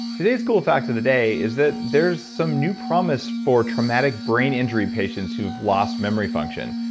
today's cool fact of the day is that there's some new promise for traumatic brain injury patients who have lost memory function.